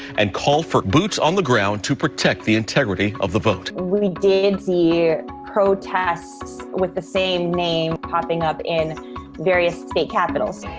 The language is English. and called for boots on the ground to protect the integrity of the vote. we did see protests with the same name popping up in various state capitals.